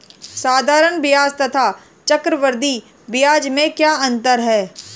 साधारण ब्याज तथा चक्रवर्धी ब्याज में क्या अंतर है?